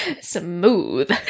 smooth